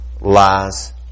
lies